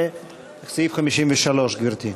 לסעיף 53. גברתי.